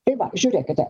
tai va žiūrėkite